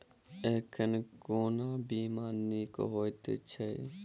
एखन कोना बीमा नीक हएत छै?